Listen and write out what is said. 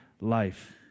life